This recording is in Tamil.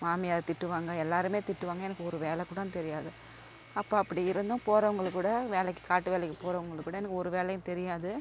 மாமியார் திட்டுவாங்க எல்லோருமே திட்டுவாங்க எனக்கு ஒரு வேலைக்கூட தெரியாது அப்ப அப்படி இருந்தும் போகிறவுங்கள்கூட வேலைக்கு காட்டு வேலைக்கு போகிறவுங்கள்கூட எனக்கு ஒரு வேலையும் தெரியாது